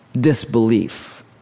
disbelief